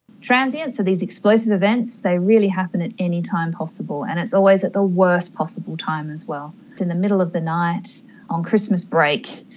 transients are these explosive events, they really happen at any time possible, and it's always at the worst possible time as well, it's in the middle of the night on christmas break,